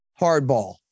hardball